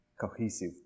cohesive